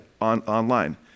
online